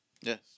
Yes